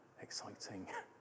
exciting